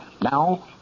Now